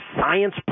science